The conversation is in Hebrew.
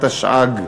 התשע"ג,